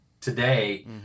today